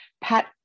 Pat